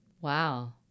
Wow